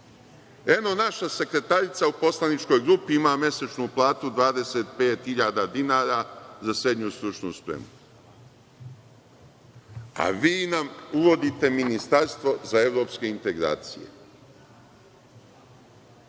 Eno naša sekretarica u poslaničkoj grupi ima mesečnu platu 25.000 dinara za srednju stručnu spremu, a vi nam uvodite ministarstvo za evropske integracije. Uostalom,